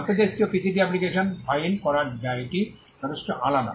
আন্তঃদেশীয় PCT application file করার ব্যয়টি যথেষ্ট আলাদা